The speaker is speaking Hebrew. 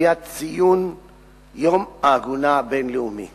בקביעת ציון יום העגונה הבין-לאומי,